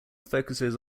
focuses